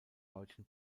deutschen